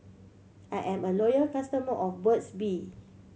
I am a loyal customer of Burt's Bee